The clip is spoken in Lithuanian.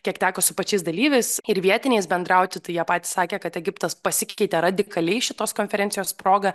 kiek teko su pačiais dalyviais ir vietiniais bendrauti tai jie patys sakė kad egiptas pasikeitė radikaliai šitos konferencijos proga